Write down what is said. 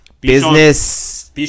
business